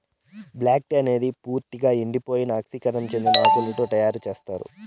black tea అనేది పూర్తిక ఎండిపోయి ఆక్సీకరణం చెందిన ఆకులతో తయారు చేత్తారు